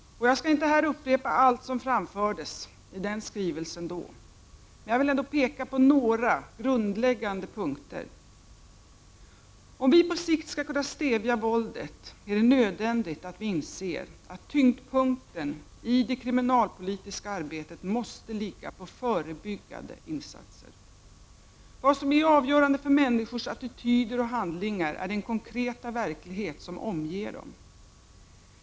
Jag skall inte här upprepa allt som framfördes i den skrivelsen, men jag vill ändå peka på några grundläggande punkter. Om vi på sikt skall kunna stävja våldet är det nödvändigt att vi inser att tyngdpunkten i det kriminalpolitiska arbetet måste ligga på förebyggande insatser. Vad som är avgörande för människors attityder och handlingar är den konkreta verklighet som omger dem.